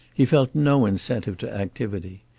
he felt no incentive to activity.